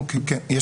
תודה רבה,